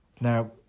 Now